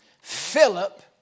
Philip